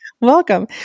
Welcome